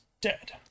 dead